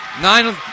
Nine